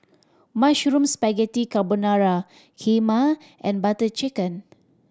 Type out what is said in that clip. Mushroom Spaghetti Carbonara Kheema and Butter Chicken